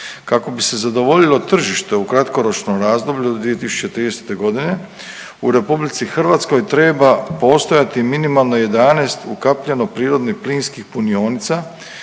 Kako bi se zadovoljilo tržište u kratkoročnom razdoblju do 2030. godine u Republici Hrvatskoj treba postojati minimalno 11 ukapljeno prirodno plinskih punionica